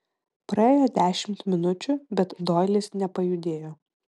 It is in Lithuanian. praėjo dešimt minučių bet doilis nepajudėjo